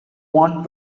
want